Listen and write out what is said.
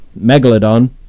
megalodon